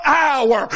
hour